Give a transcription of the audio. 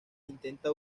intenta